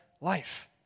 life